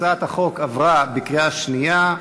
הצעת החוק עברה בקריאה שנייה.